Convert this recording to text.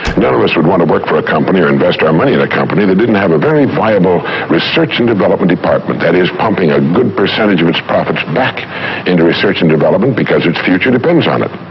none of us would want to work for a company or invest our money in a company that didn't have a very viable research and development department that is pumping a good percentage um profits back into research and development because its future depends on it,